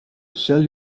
sell